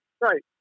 right